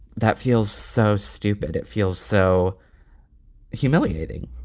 that feels so stupid. it feels so humiliating